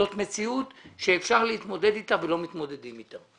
זאת מציאות שאפשר להתמודד אתה ולא מתמודדים אתה.